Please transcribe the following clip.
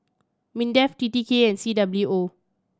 MINDEF T T K and C W O